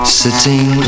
sitting